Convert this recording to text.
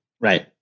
Right